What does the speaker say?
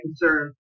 concern